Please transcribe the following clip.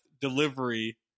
delivery